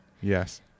Yes